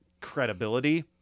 credibility